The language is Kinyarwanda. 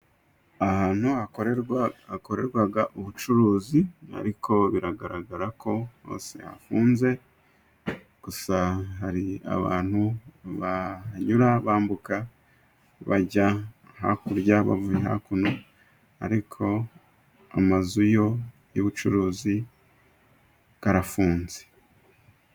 Ahantu hakorerwa ubucuruzi ariko biragaragara ko hasi afunze, gusa hari abantu banyura bambuka bajya hakurya bava hakuno ariko amazu y'ubucuruzi arafunze.